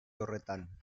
horretan